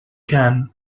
can